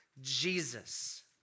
Jesus